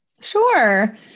Sure